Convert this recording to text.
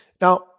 Now